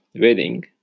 wedding